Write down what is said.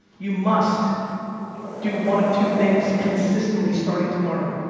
you must do one of two things consistently, starting tomorrow.